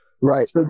Right